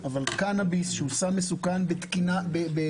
קנאביס שהוא סם מסוכן באמנה